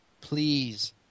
Please